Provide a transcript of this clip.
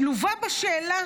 שלובה בו שאלה: